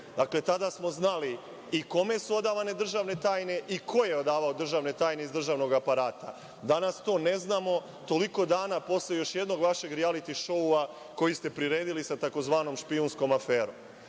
Dakle, tada smo znali i kome su odavane državne tajne i ko je odavao državne tajne iz državnog aparata. Danas to ne znamo, toliko dana posle još jednog vašeg rijaliti šoua, koji ste priredili sa tzv. špijunskom aferom. Znači,